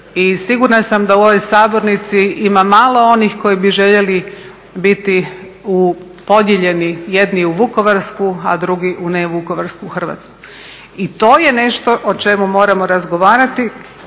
sigurna sam da u ovoj sabornici ima malo onih koji bi željeli biti podijeljeni jedni u vukovarsku, a drugi u ne vukovarsku Hrvatsku. i to je nešto o čemu moramo razgovarati.